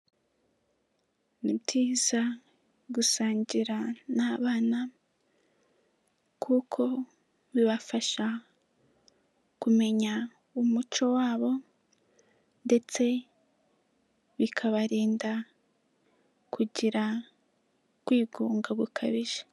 Ni byizayiza gusangira n'abana kuko bibafasha kumenya umuco wabo ndetse bikabarinda kugira kwigunga bukabije.